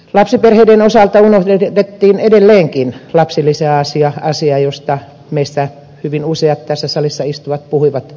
lapsiperheiden osalta unohdettiin edelleenkin lapsilisäasia asia josta meistä hyvin useat tässä salissa istuvat puhuivat vaalikentillä